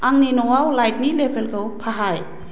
आंनि न'आव लाइटनि लेभेलखौ फाहाय